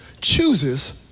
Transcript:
chooses